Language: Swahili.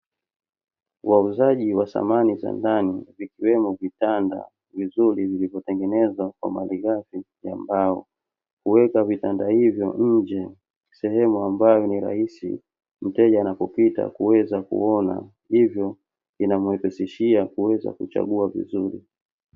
Wauzaji wa samani za ndani vikiwemo vitanda vizuri vilivyotengenezwa kwa malighafi ya mbao, huweka vitanda hivyo njee sehemu ambayo ni rahisi mteja anapopita kuweza kuona. Hivyo inamuwepesishia kuweza kuchagua vizuri.